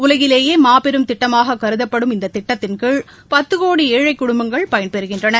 உலகிலேயே மாபெரும் திட்டமாக கருதப்படும் இந்த திட்டத்தின் கீழ் பத்து கோடி ஏழை குடும்பங்கள் பயன்பெறுகின்றன